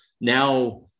Now